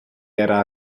era